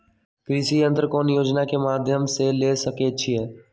कृषि यंत्र कौन योजना के माध्यम से ले सकैछिए?